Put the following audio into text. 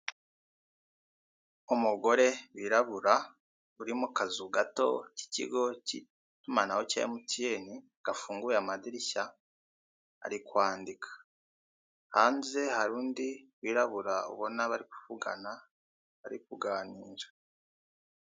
Umugore wirabura, uri mu kazu gato k'ikigo cy'itumanaho cya emutiyeni, gafunguye amadirishya, ari kwandika. Hanze hari undi wirabura ubona bari kuvugana, bari kuganira.